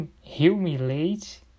humiliate